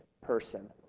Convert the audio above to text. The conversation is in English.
person